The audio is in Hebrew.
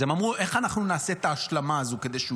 אז הם אמרו: איך אנחנו נעשה את ההשלמה הזאת כדי שהוא